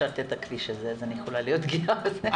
אני אישרתי את הכביש הזה אז אני יכולה להיות גאה בזה,